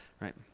Right